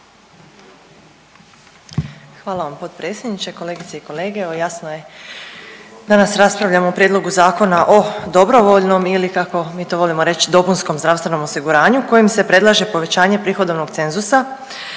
Hvala vam potpredsjedniče. Kolegice i kolege, evo jasno je danas raspravljamo o prijedlogu zakona o dobrovoljnom ili kako mi to volimo reći dopunskom zdravstvenom osiguranju kojim se predlaže povećanje prihodovnog cenzusa